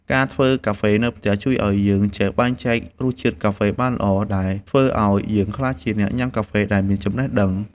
ការធ្វើកាហ្វេនៅផ្ទះជួយឱ្យយើងចេះបែងចែករសជាតិកាហ្វេបានល្អ ដែលធ្វើឱ្យយើងក្លាយជាអ្នកញ៉ាំកាហ្វេដែលមានចំណេះដឹង។